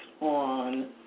on